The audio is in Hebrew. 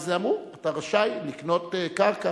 ואמרו: אתה רשאי לקנות קרקע,